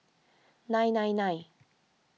nine nine nine